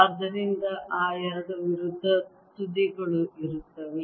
ಆದ್ದರಿಂದ ಆ ಎರಡು ವಿರುದ್ಧ ತುದಿಗಳು ಇರುತ್ತವೆ